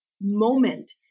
moment